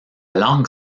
langue